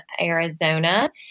Arizona